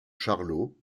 charlot